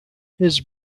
his